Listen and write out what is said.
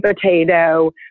potato